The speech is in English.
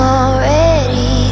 already